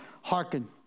Hearken